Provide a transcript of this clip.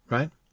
Right